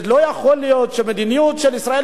לא יכול להיות שהמדיניות של ישראל